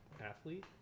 athlete